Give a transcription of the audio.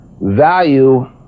value